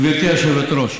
גברתי היושבת-ראש,